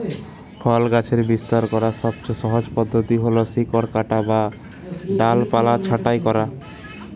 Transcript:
ফল গাছের বিস্তার করার সবচেয়ে সহজ পদ্ধতি হল শিকড় কাটা বা ডালপালা ছাঁটাই করা